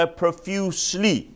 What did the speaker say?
profusely